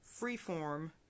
freeform